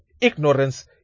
Ignorance